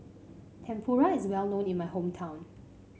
tempura is well known in my hometown